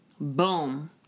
Boom